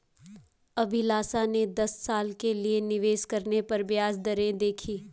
अभिलाषा ने दस साल के लिए निवेश करने पर ब्याज दरें देखी